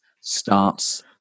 starts